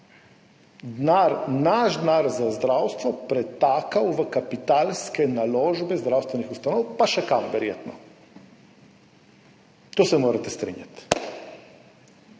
naš denar za zdravstvo pretakal v kapitalske naložbe zdravstvenih ustanov, pa še kam, verjetno. S tem se morate strinjati.